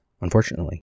unfortunately